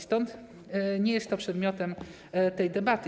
Stąd nie jest to przedmiotem tej debaty.